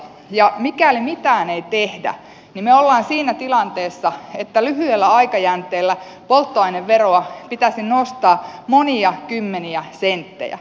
ja mikäli mitään ei tehdä niin me olemme siinä tilanteessa että lyhyellä aikajänteellä polttoaineveroa pitäisi nostaa monia kymmeniä senttejä